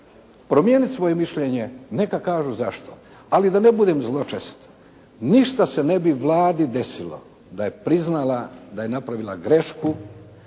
promijeniti svoje mišljenje, neka kažu zašto. Ali da ne budem zločest, ništa se ne bi Vladi desilo da je priznala da je napravila grešku